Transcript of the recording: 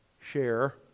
share